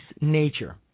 nature